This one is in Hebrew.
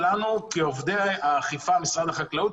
כעובדי אכיפה של משרד החקלאות,